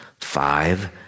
five